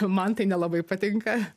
man tai nelabai patinka